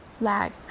lag